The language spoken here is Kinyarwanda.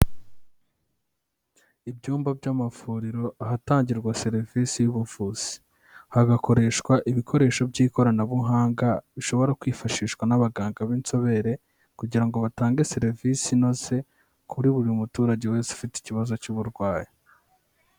Ibyumba by'amavuriro ahatangirwa serivisi y'ubuvuzi, hagakoreshwa ibikoresho by'ikoranabuhanga bishobora kwifashishwa n'abaganga b'inzobere kugira ngo batange serivisi inoze kuri buri muturage wese ufite ikibazo cy'uburwayi.